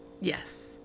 Yes